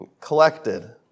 collected